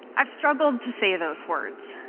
i've struggled to say those words,